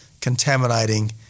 contaminating